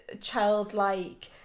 childlike